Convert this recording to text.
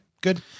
good